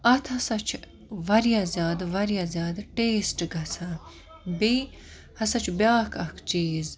اَتھ ہَسا چھِ واریاہ زیادٕ واریاہ زیادٕ ٹیسٹ گَژھان بیٚیہِ ہَسا چھُ بیٛاکھ اکھ چیٖز